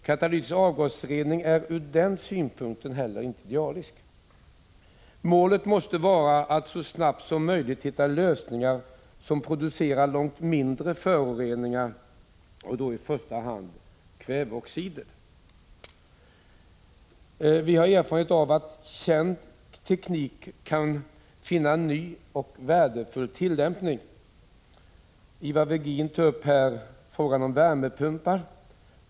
Katalytisk avgasrening är ur den synpunkten inte heller idealisk. Målet måste vara att så snart som möjligt hitta lösningar som innebär att man producerar långt färre föroreningar, i första hand kväveoxider. Vi har erfarenhet av att känd teknik kan få ny och värdefull tillämpning. Ivar Virgin tog upp frågan om värmepumpar.